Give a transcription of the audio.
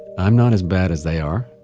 i'm not as bad as they are.